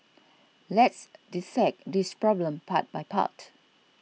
let's dissect this problem part by part